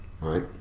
Right